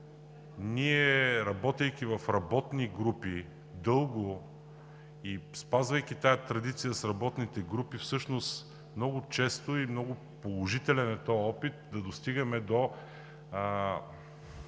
ние, работейки в работни групи дълго и спазвайки традицията с работните групи, всъщност много често и много положителен е този опит да достигаме до